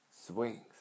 swings